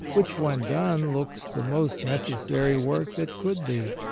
which when done looks the most necessary work that could be.